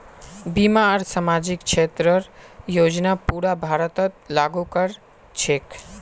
बीमा आर सामाजिक क्षेतरेर योजना पूरा भारतत लागू क र छेक